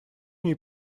ней